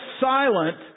silent